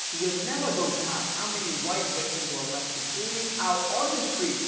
so you're never going to ask how many white victims were left to bleed out, on the street,